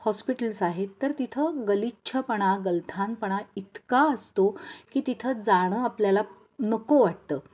hospitals आहेत तर तिथं गलिच्छपणा गलथानपणा इतका असतो की तिथं जाणं आपल्याला नको वाटतं